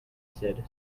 said